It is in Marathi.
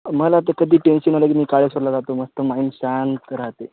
मला आता कधी टेन्शन आलं की मी काळेश्वरला जातो मस्त माईंड शांत राहते